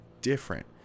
different